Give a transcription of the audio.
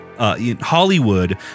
Hollywood